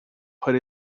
put